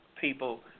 people